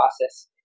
process